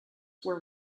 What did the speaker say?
were